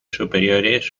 superiores